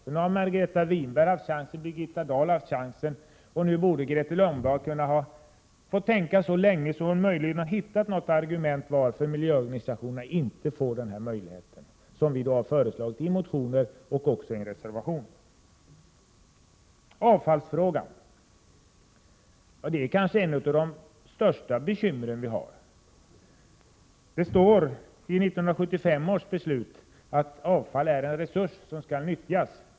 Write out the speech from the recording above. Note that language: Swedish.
Nu har både Margareta Winberg och Birgitta Dahl haft chansen, så nu borde Grethe Lundblad ha fått tänka så länge att hon möjligen har hittat något argument varför miljöorganisationerna inte får denna möjlighet, som vi har föreslagit i motioner och i en reservation. Avfallsfrågan är kanske ett av de största bekymmer vi har. I 1975 års beslut om avfallshanteringen står det att avfall är en resurs som skall nyttjas.